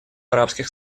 арабских